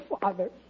father